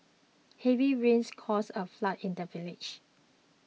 heavy rains caused a flood in the village